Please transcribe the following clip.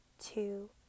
two